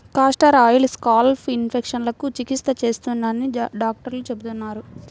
castor oil scalp ఇన్ఫెక్షన్లకు చికిత్స చేస్తుందని డాక్టర్లు చెబుతున్నారు